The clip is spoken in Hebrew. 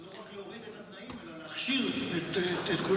זה לא רק להוריד את התנאים אלא להכשיר את כולם.